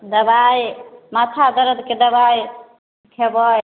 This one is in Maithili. दवाइ माथा दर्दके दवाइ खेबै